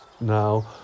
now